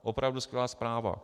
Opravdu skvělá zpráva.